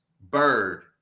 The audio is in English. Bird